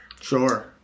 Sure